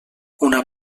una